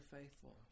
faithful